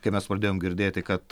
kai mes pradėjom girdėti kad